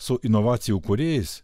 su inovacijų kūrėjais